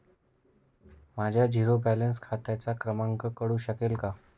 माझ्या zero balance खात्याचा क्रमांक कळू शकेल का?